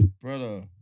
Brother